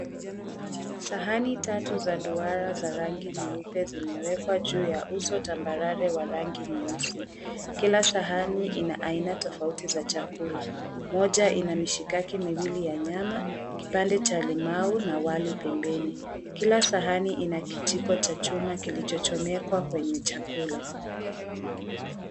Sahani tatu za duara za rangi nyeupe zimewekwa juu ya uso tambarare ya rangi nyeusi. Kila sahani ina aina tofauti ya chakula. Moja ina mishikaki miwili ya nyama, kipande cha limau na wali pembeni. Kila sahani ina kijiko cha chuma kilichochomekwa kwenye chakula.